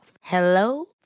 Hello